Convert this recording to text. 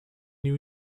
new